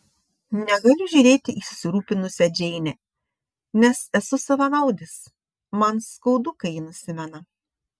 negaliu žiūrėti į susirūpinusią džeinę nes esu savanaudis man skaudu kai ji nusimena